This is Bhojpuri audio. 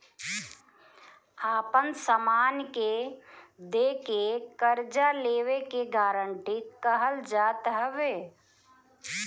आपन समान दे के कर्जा लेवे के गारंटी कहल जात हवे